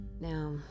Now